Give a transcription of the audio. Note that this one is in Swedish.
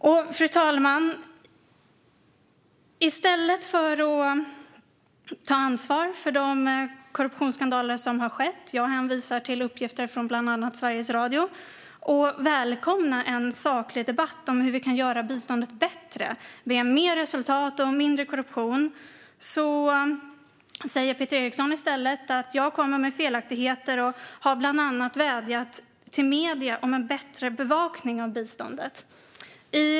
Fru talman! I stället för att ta ansvar för de korruptionsskandaler som har skett - jag hänvisar bland annat till uppgifter från Sveriges Radio - och välkomna en saklig debatt om hur vi kan göra biståndet bättre med mer resultat och mindre korruption säger Peter Eriksson att jag kommer med felaktigheter och har bland annat vädjat till medierna om en "bättre" bevakning av biståndet.